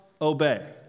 obey